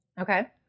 Okay